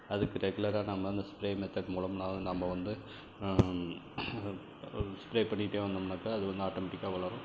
அதுக்கு ரெகுலராக நாம் அந்த ஸ்ப்ரே மெத்தர்ட் மூலமாக நான் வந்து நம்ம வந்து ஸ்ப்ரே பண்ணிகிட்டே வந்தோம்னாக்கா அது வந்து ஆட்டோமெட்டிக்காக வளரும்